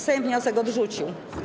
Sejm wniosek odrzucił.